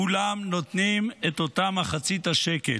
כולם נותנים את אותה מחצית השקל,